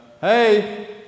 hey